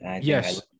Yes